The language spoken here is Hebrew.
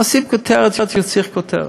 עושים כותרת, יוצרים כותרת,